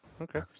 okay